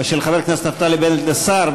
חבר הכנסת נפתלי בנט לשר,